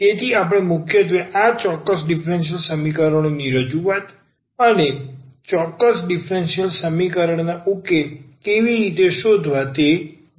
તેથી આપણે મુખ્યત્વે આ ચોક્કસ ડીફરન્સીયલ સમીકરણોની રજૂઆત અને ચોક્કસ ડીફરન્સીયલ સમીકરણ ના ઉકેલો કેવી રીતે શોધવી તે શોધીશું